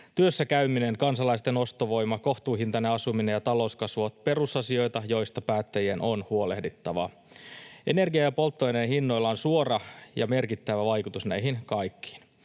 Työssä käyminen, kansalaisten ostovoima, kohtuuhintainen asuminen ja talouskasvu ovat perusasioita, joista päättäjien on huolehdittava. Energian ja polttoaineen hinnoilla on suora ja merkittävä vaikutus näihin kaikkiin.